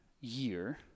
year